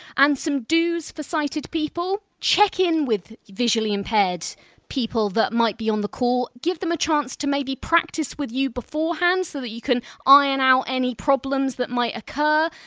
and some dos for sighted people? check in with visually impaired people that might be on the call, give them a chance to maybe practice with you beforehand, so that you can iron out any problems that might occur.